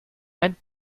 ein